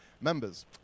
members